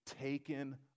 taken